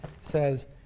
says